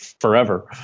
forever